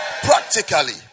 Practically